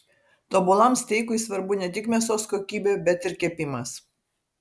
tobulam steikui svarbu ne tik mėsos kokybė bet ir kepimas